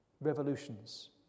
revolutions